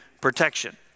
protection